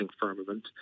firmament